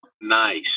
Nice